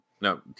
no